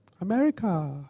America